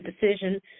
decision